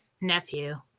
nephew